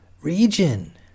region